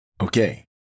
Okay